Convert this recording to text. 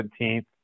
17th